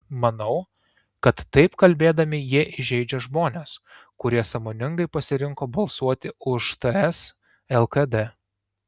manau kad taip kalbėdami jie įžeidžia žmones kurie sąmoningai pasirinko balsuoti už ts lkd